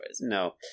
No